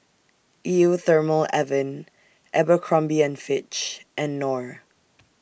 Eau Thermale Avene Abercrombie and Fitch and Knorr